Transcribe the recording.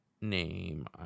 name